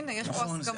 נכון.